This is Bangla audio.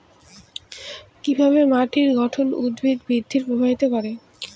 কিভাবে মাটির গঠন উদ্ভিদ বৃদ্ধি প্রভাবিত করে?